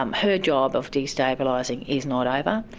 um her job of destabilising is not over.